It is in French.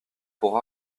pour